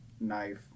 knife